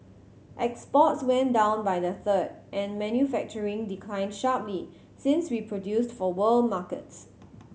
exports went down by a third and manufacturing declined sharply since we produced for world markets